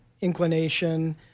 inclination